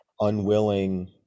unwilling